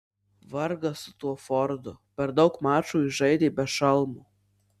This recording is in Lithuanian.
vargas su tuo fordu per daug mačų jis žaidė be šalmo